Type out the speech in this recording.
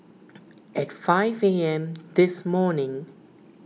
at five A M this morning